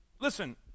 Listen